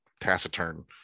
taciturn